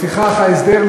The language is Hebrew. לפיכך ההסדר,